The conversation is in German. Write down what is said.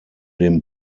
dem